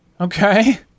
Okay